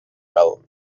cal